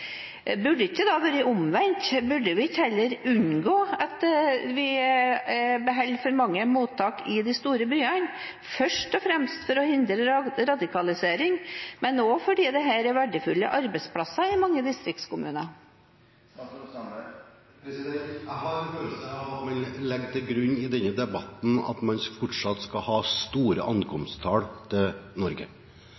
Burde det ikke da vært omvendt? Burde man ikke heller unngå at man beholder for mange mottak i de store byene – først og fremst for å hindre radikalisering, men også fordi dette er verdifulle arbeidsplasser i mange distriktskommuner? Jeg har en følelse av at man i denne debatten legger til grunn at man fortsatt skal ha store